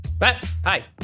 Hi